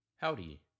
Howdy